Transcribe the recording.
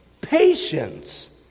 patience